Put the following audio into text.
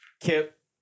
Kip